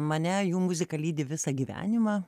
mane jų muzika lydi visą gyvenimą